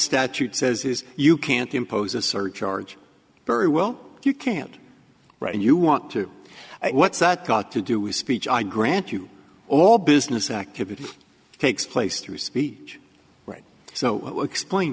statute says is you can't impose a surcharge very well you can't write and you want to know what's that got to do with speech i grant you all business activity takes place through speech so explain